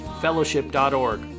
fellowship.org